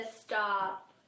stop